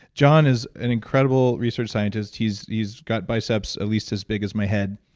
john is an incredible research scientist. he's he's got biceps, at least as big as my head,